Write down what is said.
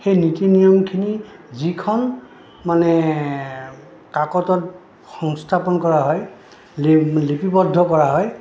সেই নীতি নিয়মখিনি যিখন মানে কাকতত সংস্থাপন কৰা হয় লিপিবদ্ধ কৰা হয়